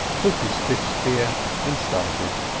took his fish-spear and started.